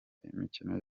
imikino